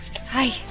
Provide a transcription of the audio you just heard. Hi